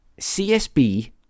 CSB